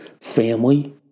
family